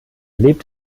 lebt